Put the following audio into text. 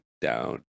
down